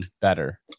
better